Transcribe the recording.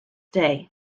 day